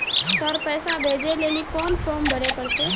Sir पैसा भेजै लेली कोन फॉर्म भरे परतै?